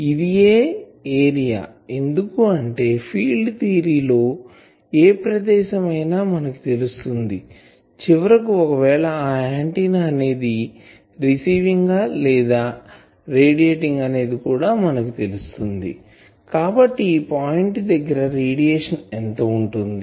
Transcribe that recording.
ఇదియే ఏరియా ఎందుకు అంటే ఫీల్డ్ థియరీ లో ఏ ప్రదేశం అయినా మనకు తెలుస్తుంది చివరకు ఒకవేళ ఆ ఆంటిన్నా అనేది రిసీవింగ్ లేదా రేడియేటింగ్ అనేది మనకు తెలుస్తుంది కాబట్టి ఈ పాయింట్ దగ్గర రేడియేషన్ ఎంత వుంటుంది